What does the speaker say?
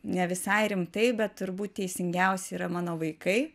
ne visai rimtai bet turbūt teisingiausi yra mano vaikai